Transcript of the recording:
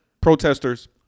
protesters